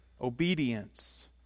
obedience